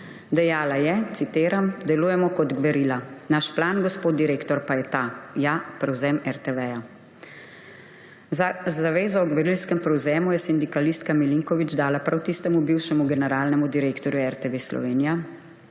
Dejala je, citiram: »Delujemo kot gverila. Naš plan, gospod direktor, pa je ta, ja, prevzem RTV.« Zavezo o gverilskem prevzemu je sindikalistka Milinković dala prav tistemu bivšemu generalnemu direktorju RTV Slovenija,